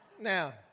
Now